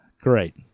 great